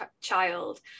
child